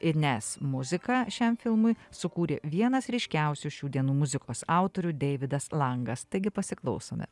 ir nes muziką šiam filmui sukūrė vienas ryškiausių šių dienų muzikos autorių deividas langas taigi pasiklausome